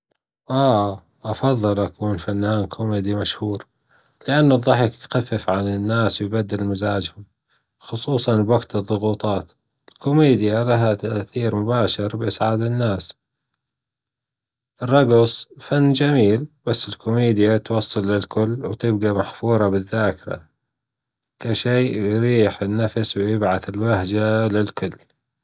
اه أفضل أكون فنان كوميدي مشهور، لأنه الضحك يخفف عن الناس ويبدل مزاجهم، خصوصا بوجت الضغوطات، الكوميديا لها تأثير مباشر بإسعاد الناس، الرجص فن جميل بس الكوميديا توصل للكل وتبجى محفورة بالذاكرة كشيء يريح النفس ويبعث البهجة للكل.